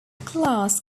class